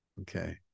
Okay